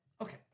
Okay